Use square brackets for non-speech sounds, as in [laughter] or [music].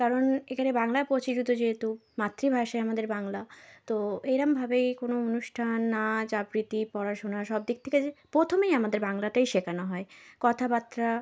কারণ এখানে বাংলা প্রচলিত যেহেতু মাতৃভাষাই আমাদের বাংলা তো এইরকমভাবেই কোনো অনুষ্ঠান নাচ আবৃত্তি পড়াশুনা সব দিক থেকে [unintelligible] প্রথমেই আমাদের বাংলাটাই শেখানো হয় কথাবার্তা